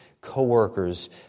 co-workers